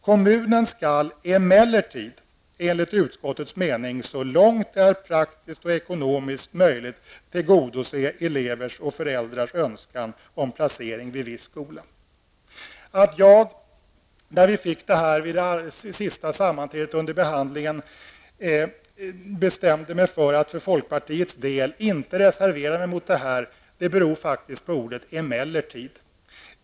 Kommunen bör emellertid så långt det är praktiskt och ekonomiskt möjligt tillgodose elevers och föräldrars önskan om placering vid viss skola.'' Att jag, när vi på det sista sammanträdet fick denna fråga till behandling, bestämde mig för att för folkpartiets del inte reservera mig berodde på ordet ''emellertid''.